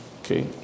Okay